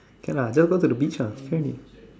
can lah just go to the beach ah